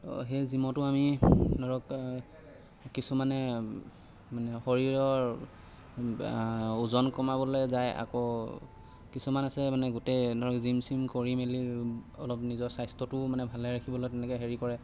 সেই জিমতো আমি ধৰক কিছুমানে মানে শৰীৰৰ ওজন কমাবলৈ যায় আকৌ কিছুমান আছে মানে গোটেই ধৰক জিম চিম কৰি মেলি অলপ নিজৰ স্বাস্থ্যটোও মানে ভালে ৰাখিবলৈ তেনেকৈ হেৰি কৰে